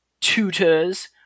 tutors